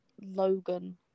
Logan